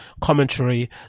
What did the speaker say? commentary